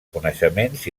coneixements